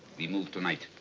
we move tonight.